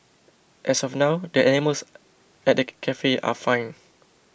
as of now the animals at the cafe are fine